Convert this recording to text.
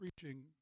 preaching